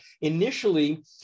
initially